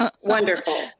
Wonderful